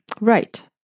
Right